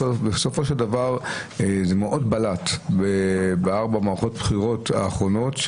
בסופו של דבר זה מאוד בלט בארבע מערכות בחירות האחרונות,